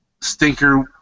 Stinker